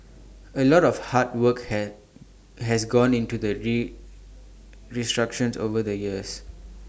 A lot of hard work has has gone into that re restructuring over the years